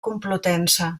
complutense